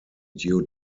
due